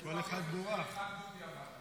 --- יש את הכסף הזה.